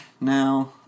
now